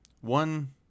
one